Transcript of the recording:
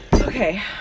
okay